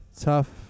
Tough